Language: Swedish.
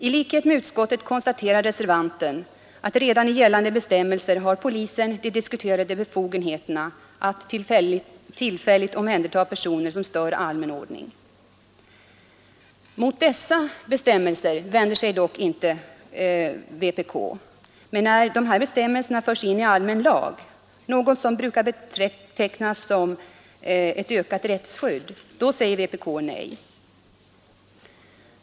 I likhet med utskottet konstaterar reservanten att redan i gällande bestämmelser har polisen de diskuterade befogenheterna att tillfälligt omhänderta personer som stör allmän ordning. Dessa bestämmelser vänder sig vpk inte mot. Men när bestämmelserna förs in i allmän lag något som brukar tolkas som ökat rättsskydd — säger vpk nej.